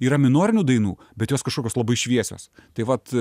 yra minorinių dainų bet jos kažkokios labai šviesios tai vat